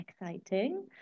exciting